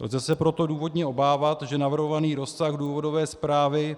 Lze se proto důvodně obávat, že navrhovaný rozsah důvodové zprávy